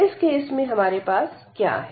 इस केस में हमारे पास क्या है